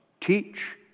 teach